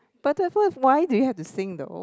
but at first why do you have to sing though